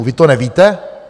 Vy to nevíte?